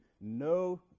no